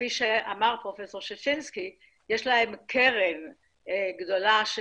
כפי שאמר פרופ' ששינסקי, יש להם קרן גדולה.